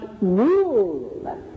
rule